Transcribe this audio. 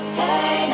hey